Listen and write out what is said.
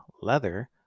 leather